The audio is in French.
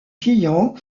quillan